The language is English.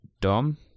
Dom